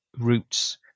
roots